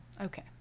Okay